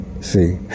see